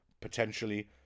potentially